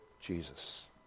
Jesus